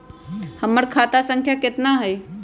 हमर खाता संख्या केतना हई?